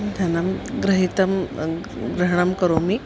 धनं गृहीतुं ग्रहणं करोमि